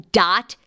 dot